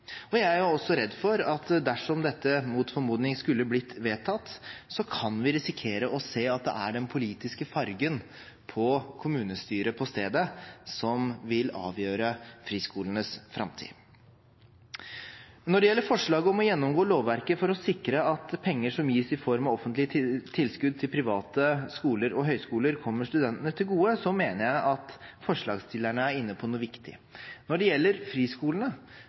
godkjent. Jeg er også redd for at dersom dette mot formodning skulle bli vedtatt, kan vi risikere å se at det er den politiske fargen på kommunestyret på stedet som vil avgjøre friskolenes framtid. Når det gjelder forslaget om å gjennomgå lovverket for å sikre at penger som gis i form av offentlige tilskudd til private skoler og høyskoler, kommer studentene til gode, mener jeg at forslagsstillerne er inne på noe viktig. Når det gjelder friskolene,